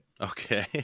okay